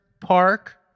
Park